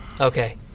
Okay